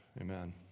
Amen